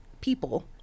People